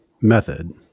method